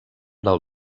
del